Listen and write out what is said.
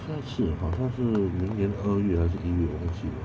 下一次好像是明年二月还是一月我忘记了